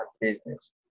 business